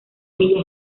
ella